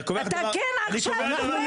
אתה כן עכשיו קובע,